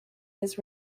his